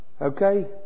Okay